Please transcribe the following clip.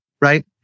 Right